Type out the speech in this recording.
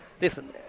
listen